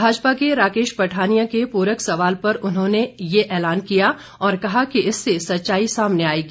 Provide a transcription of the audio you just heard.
भाजपा के राकेश पठानिया के पूरक सवाल पर उन्होंने ये ऐलान किया और कहा कि इससे सच्चाई सामने आएगी